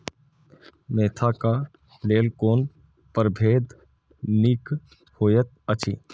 Mentha क लेल कोन परभेद निक होयत अछि?